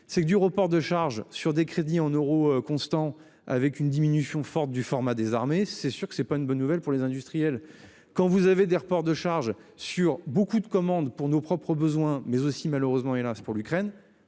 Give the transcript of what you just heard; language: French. c'est que du report de charges sur des crédits en euros constants avec une diminution forte du format des armées, c'est sûr que c'est pas une bonne nouvelle pour les industriels. Quand vous avez des reports de charges sur beaucoup de commandes pour nos propres besoins mais aussi malheureusement, hélas pour l'Ukraine